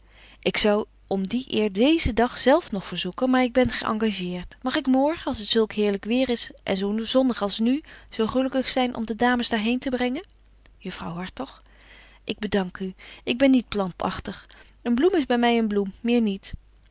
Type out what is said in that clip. ik zou om die eer deezen dag zelf nog verzoeken maar ik ben geëngageert mag ik morgen als het zulk heerlyk weêr is en zo zonnig als nu zo gelukkig zyn om de dames daar heen te brengen juffrouw hartog ik bedank u ik ben niet plantagtig een bloem is by my een bloem meer niet